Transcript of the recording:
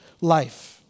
life